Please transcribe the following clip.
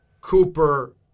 Cooper